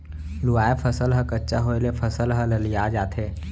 लूवाय फसल ह कच्चा होय ले फसल ह ललिया जाथे